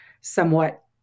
somewhat